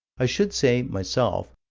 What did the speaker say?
i should say, myself,